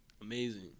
amazing